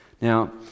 Now